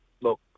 Look